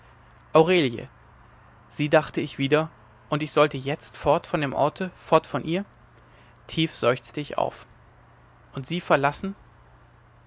aurelie sie dachte ich wieder und ich sollte jetzt fort von dem orte fort von ihr tief seufzte ich auf und sie verlassen